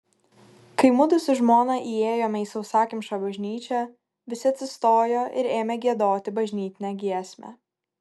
kai mudu su žmona įėjome į sausakimšą bažnyčią visi atsistojo ir ėmė giedoti bažnytinę giesmę